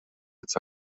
its